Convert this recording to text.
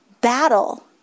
battle